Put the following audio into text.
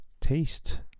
taste